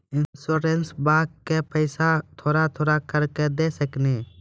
इंश्योरेंसबा के पैसा थोड़ा थोड़ा करके दे सकेनी?